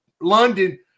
London